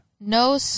No